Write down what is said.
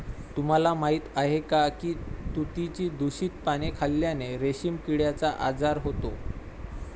तुम्हाला माहीत आहे का की तुतीची दूषित पाने खाल्ल्याने रेशीम किड्याचा आजार होतो